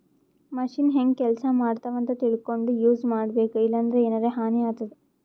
machine ಹೆಂಗ್ ಕೆಲಸ ಮಾಡ್ತಾವ್ ಅಂತ್ ತಿಳ್ಕೊಂಡ್ ಯೂಸ್ ಮಾಡ್ಬೇಕ್ ಇಲ್ಲಂದ್ರ ಎನರೆ ಹಾನಿ ಆತದ್